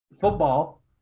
football –